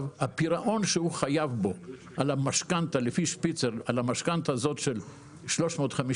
הפירעון שהוא חייב בו על המשכנתא הזו של 350,000